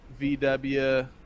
VW